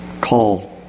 call